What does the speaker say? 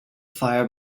fire